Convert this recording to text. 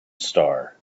star